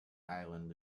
island